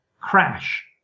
crash